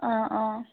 অঁ অঁ